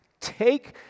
Take